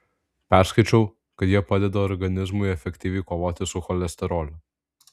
perskaičiau kad jie padeda organizmui efektyviai kovoti su cholesteroliu